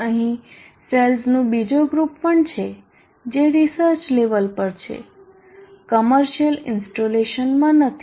અહી સેલ્સનું બીજું ગ્રૂપ પણ છે જે રીસર્ચ લેવલ પર છે કમર્સિયલ ઇન્સ્ટોલેશનમાં નથી